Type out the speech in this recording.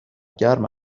گرم